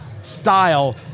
style